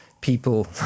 people